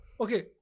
Okay